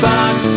Box